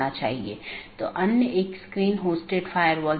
विशेषता का संयोजन सर्वोत्तम पथ का चयन करने के लिए उपयोग किया जाता है